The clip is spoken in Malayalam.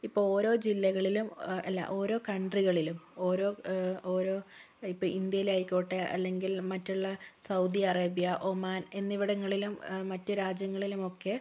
ഇപ്പോൾ ഓരോ ജില്ലകളിലും അല്ല ഓരോ കൺട്രികളിലും ഓരോ ഓരോ ഇപ്പോൾ ഇന്ത്യയിലെ ആയിക്കോട്ടെ അല്ലെങ്കിൽ മറ്റുള്ള സൗദി അറേബ്യ ഒമാൻ എന്നിവിടങ്ങളിലും മറ്റു രാജ്യങ്ങളിലും ഒക്കെ